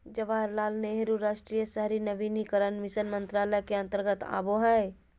जवाहरलाल नेहरू राष्ट्रीय शहरी नवीनीकरण मिशन मंत्रालय के अंतर्गत आवो हय